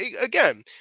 again